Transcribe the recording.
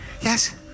Yes